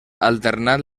alternant